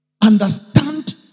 understand